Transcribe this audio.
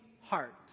heart